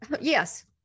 Yes